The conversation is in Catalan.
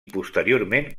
posteriorment